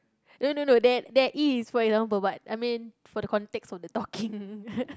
no no no there there is for example what I mean from the context of the talking